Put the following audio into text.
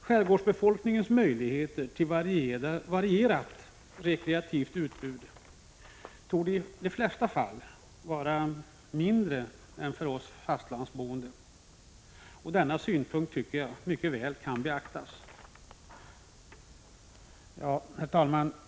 Skärgårdsbefolkningens möjligheter till varierat rekreationsutbud torde i de allra flesta fall vara mindre än för oss fastlandsboende. Den synpunkten förtjänar också att nämnas. Herr talman!